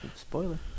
spoiler